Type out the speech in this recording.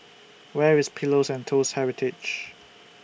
Where IS Pillows and Toast Heritage